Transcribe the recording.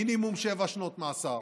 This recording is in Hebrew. מינימום שבע שנות מאסר.